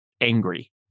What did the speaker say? angry